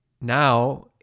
now